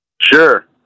Sure